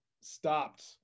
stopped